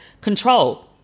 control